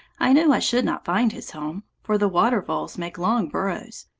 i knew i should not find his home for the water-voles make long burrows.